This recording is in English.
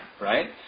right